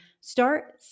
start